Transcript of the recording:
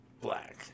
black